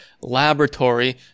laboratory